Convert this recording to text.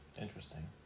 Interesting